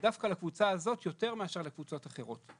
דווקא לקבוצה הזאת יותר מאשר לקבוצות אחרות,